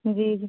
जी जी